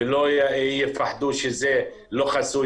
ולא יפחדו שזה לא חסוי,